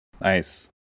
nice